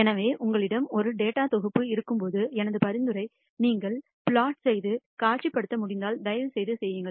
எனவே உங்களிடம் ஒரு டேட்டா தொகுப்பு இருக்கும்போது எனது பரிந்துரை நீங்கள் பிளாட் செய்து காட்சிப்படுத்த முடிந்தால் தயவுசெய்து செய்யுங்கள்